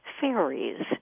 fairies